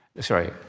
sorry